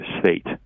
state